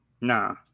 Nah